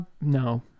no